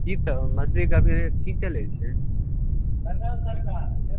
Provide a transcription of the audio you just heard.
कि तब मछलीके रेट कि चलै छै